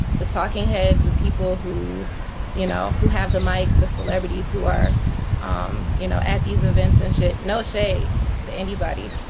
the talking heads, the people who you know who have the mic the celebrities who are um you know at these events and shit no shade to anybody.